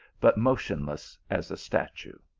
but motionless as a statue.